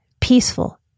peaceful